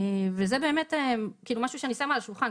זה באמת משהו שאני שמה על השולחן.